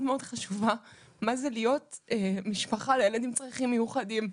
חשובה מה זה להיות משפחה לילד עם צרכים מיוחדים.